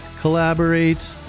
collaborate